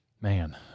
Man